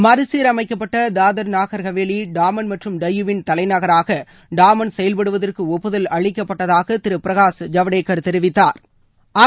மறுசீரமைக்கப்பட்ட தாத்ரா நாகர் ஹவேலி டாமன் மற்றும் டையு விள் தலைநகராக டாமன் செயல்படுவதற்கு ஒப்புதல் அளிக்கப்பட்டதாக திரு பிரகாஷ் ஜவ்டேக்கர் தெரிவித்தாா்